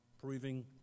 Proving